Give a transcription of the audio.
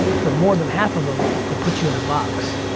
for more than half of them, it puts you in a box.